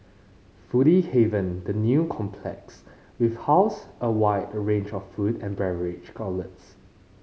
foodie haven the new complex with house a wide a range of food and beverage outlets